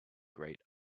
great